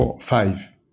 five